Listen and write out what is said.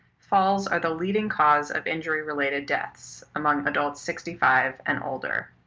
falls are the leading cause of injury-related deaths among adults sixty five and older.